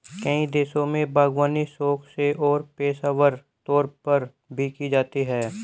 कई देशों में बागवानी शौक से और पेशेवर तौर पर भी की जाती है